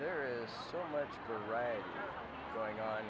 there is so much going on